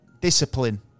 discipline